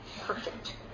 perfect